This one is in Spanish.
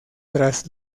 tras